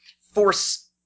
Force